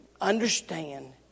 understand